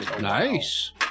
Nice